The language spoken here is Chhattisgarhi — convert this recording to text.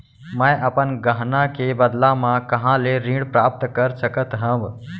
मै अपन गहना के बदला मा कहाँ ले ऋण प्राप्त कर सकत हव?